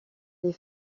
les